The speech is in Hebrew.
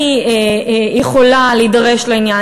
אני יכולה להידרש לעניין,